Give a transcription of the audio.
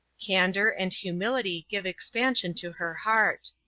candor and humility give expansion to her heart.